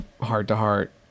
heart-to-heart